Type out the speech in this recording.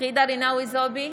ג'ידא רינאוי זועבי,